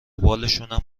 بالشونم